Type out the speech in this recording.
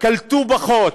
נקלטו פחות,